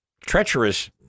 treacherous